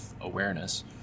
awareness